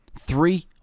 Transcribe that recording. Three